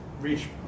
reach